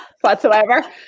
whatsoever